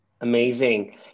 Amazing